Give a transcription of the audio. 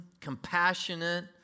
compassionate